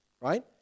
right